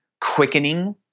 quickening